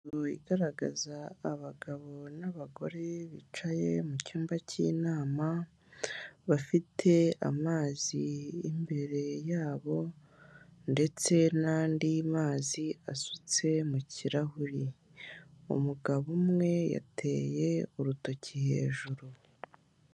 Ifoto igaragaza abagabo n'abagore bicaye mu cyumba k'inama bafite amazi imbere yabo ndetse andi mazi asutse mu kirahure, umugabo umwe yateye urutoki hejuru.